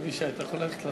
עמיתי מהבית